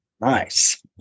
Nice